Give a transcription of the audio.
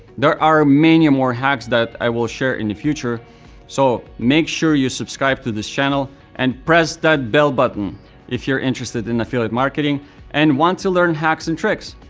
there are many more hacks that i will share in the future so make sure you subscribe to this channel and press that bell button if you're interested in affiliate marketing and want to learn hacks and tricks.